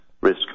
risk